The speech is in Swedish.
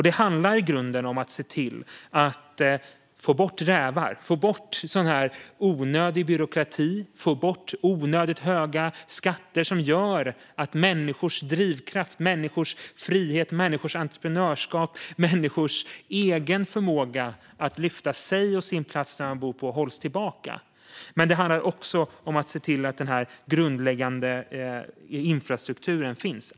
Det handlar i grunden om att se till att få bort rävar, få bort onödig byråkrati och få bort onödigt höga skatter som gör att människors drivkraft, människors frihet, människors entreprenörskap och människors förmåga att lyfta sig och platsen där de bor hålls tillbaka. Men det handlar också om att se till att den grundläggande infrastrukturen finns.